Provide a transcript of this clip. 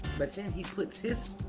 but then he puts his